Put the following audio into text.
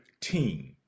team